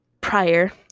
prior